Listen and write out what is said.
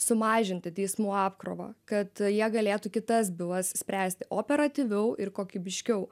sumažinti teismų apkrovą kad jie galėtų kitas bylas spręsti operatyviau ir kokybiškiau